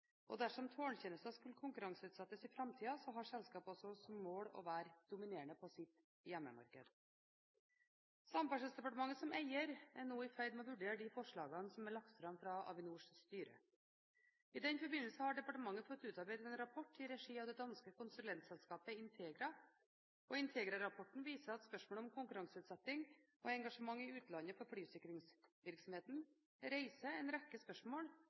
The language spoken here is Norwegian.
den. Dersom tårntjenester skulle konkurranseutsettes i framtiden, har selskapet også som mål å være dominerende på sitt hjemmemarked. Samferdselsdepartementet som eier er nå i ferd med å vurdere de forslagene som er lagt fram fra Avinors styre. I den forbindelse har departementet fått utarbeidet en rapport i regi av det danske konsulentselskapet Integra. Integra-rapporten viser at spørsmålet om konkurranseutsetting og engasjement i utlandet for flysikringsvirksomheten reiser en rekke spørsmål